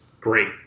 Great